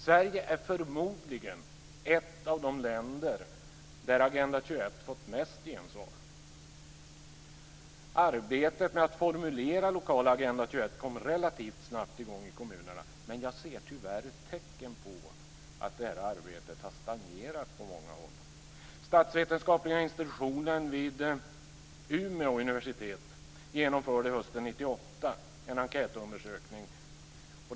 Sverige är förmodligen ett av de länder där Agenda 21 har fått mest gensvar. Arbetet med att formulera lokala Agenda 21-dokument kom relativt snabbt i gång i kommunerna men jag ser tyvärr tecken på att det här arbetet har stagnerat på många håll. Statsvetenskapliga institutionen vid Umeå universitet genomförde hösten 1998 en enkätundersökning.